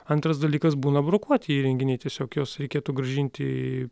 antras dalykas būna brokuoti įrenginiai tiesiog juos reikėtų grąžinti